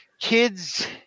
kids